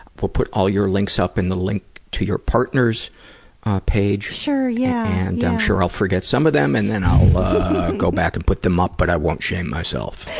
we'll put all your links up, and the link to your partner's page, yeah and i'm sure i'll forget some of them and then i'll go back and put them up but i won't shame myself.